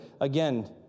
again